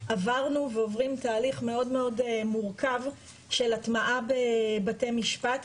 אנחנו עברנו ועוברים תהליך מאוד מאוד מורכב של הטמעה בבתי משפט,